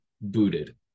booted